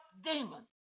demon